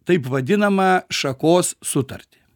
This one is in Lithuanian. taip vadinamą šakos sutartį